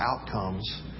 outcomes